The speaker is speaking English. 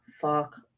fuck